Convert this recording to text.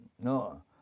no